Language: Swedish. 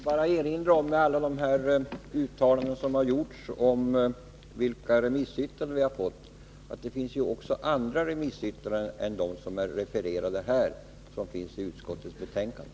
Herr talman! Jag vill, med anledning av alla de uttalanden som har gjorts om vilka remissyttranden som vi har fått, bara erinra om att det också finns andra remissyttranden än dem som är refererade här i debatten. De återfinns i utskottets betänkande.